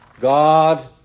God